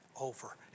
over